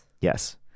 Yes